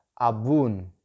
Abun